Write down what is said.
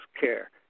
care